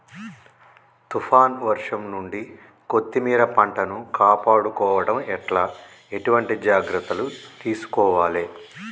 తుఫాన్ వర్షం నుండి కొత్తిమీర పంటను కాపాడుకోవడం ఎట్ల ఎటువంటి జాగ్రత్తలు తీసుకోవాలే?